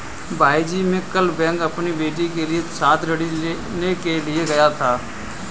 भाईजी मैं कल बैंक अपनी बेटी के लिए छात्र ऋण लेने के लिए गया था